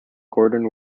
gorton